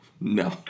No